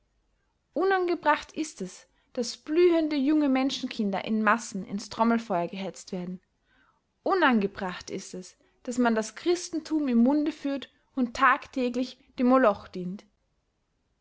unangebracht ist es daß blühende junge menschenkinder in massen ins trommelfeuer gehetzt werden unangebracht ist es daß man das christentum im munde führt und tagtäglich dem moloch dient